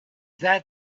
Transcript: that